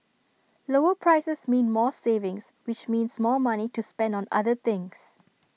lower prices mean more savings which means more money to spend on other things